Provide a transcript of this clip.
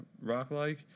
rock-like